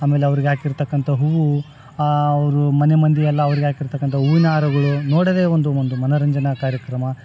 ಆಮೇಲೆ ಅವರಿಗೆ ಹಾಕಿರ್ತಕ್ಕಂಥ ಹೂವು ಅವರು ಮನೆಮಂದಿಯೆಲ್ಲ ಅವರಿಗೆ ಹಾಕಿರ್ತಕ್ಕಂಥ ಹೂವಿನಾರಗಳು ನೋಡೋದೆ ಒಂದು ಒಂದು ಮನರಂಜನೆ ಕಾರ್ಯಕ್ರಮ